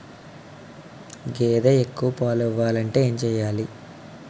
గేదె ఎక్కువ పాలు ఇవ్వాలంటే ఏంటి చెయాలి?